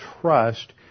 trust